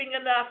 enough